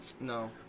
No